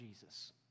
Jesus